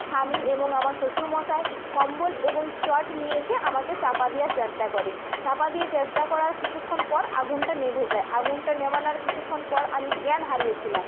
স্বামী এবং আমার শ্বশুরমশাই কম্বল এবং চট নিয়ে এসে আমাকে চাপা দেওয়ার চেষ্টা করে চাপা দিয়ে চেষ্টা করার কিছুক্ষণ পর আগুনটা নিভে যায় আগুনটা নেভানোর কিছুক্ষণ পর আমি জ্ঞান হারিয়েছিলাম